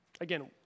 Again